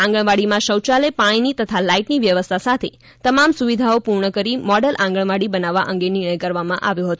આંગણવાડીમાં શૌચાલય પાણીની તથા લાઇટની વ્યવસ્થા સાથે તમામ સુવિધાઓ પૂર્ણ કરી મોડલ આંગણવાડી બનાવવા અંગે નિર્ણય કરવામાં આવ્યો હતો